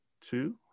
Two